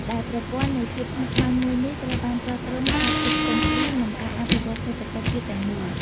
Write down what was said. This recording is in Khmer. ដែលប្រព័ន្ធនៃភាពស្មុគស្មាញមួយនេះ ត្រូវបានទ្រទ្រង់ការផ្គត់ផ្គង់ស្បៀង និងការអភិវឌ្ឍសេដ្ឋកិច្ចជាតិទាំងមូល។